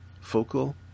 Focal